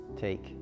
Take